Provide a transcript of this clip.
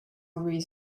reason